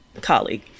colleague